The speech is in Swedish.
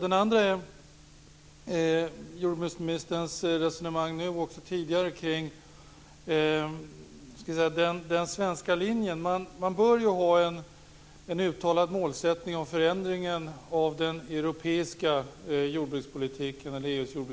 Den andra gäller jordbruksministerns resonemang nu och tidigare kring den svenska linjen. Man bör ha en uttalad målsättning när det gäller förändringen av EU:s jordbrukspolitik - CAP.